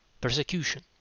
Persecution